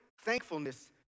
thankfulness